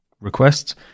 requests